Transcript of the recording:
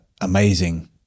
amazing